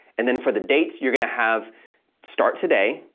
and then for the dates you're going to have start today,